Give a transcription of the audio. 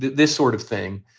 this sort of thing.